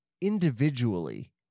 individually